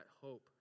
hope